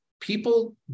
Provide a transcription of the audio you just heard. people